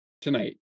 tonight